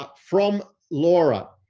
ah from laura,